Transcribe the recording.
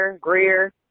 Greer